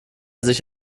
sich